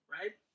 Right